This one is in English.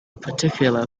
particular